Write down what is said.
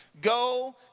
Go